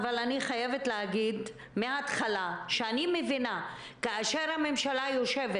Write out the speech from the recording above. אני חייבת להגיד שמההתחלה אני מבינה שכאשר הממשלה יושבת